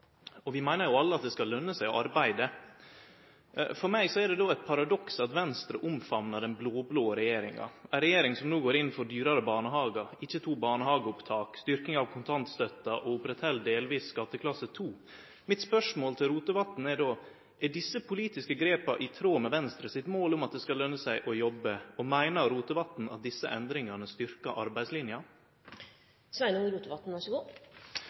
Vi meiner jo alle at det skal lønne seg å arbeide. For meg er det då eit paradoks at Venstre omfamnar den blå-blå regjeringa, ei regjering som no går inn for dyrare barnehagar, ikkje to barnehageopptak, styrking av kontantstøtta og som delvis opprettheld skatteklasse 2. Mitt spørsmål til Rotevatn er då: Er desse politiske grepa i tråd med Venstres mål om at det skal lønne seg å jobbe? Og meiner Rotevatn at desse endringane styrker arbeidslinja?